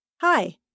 hi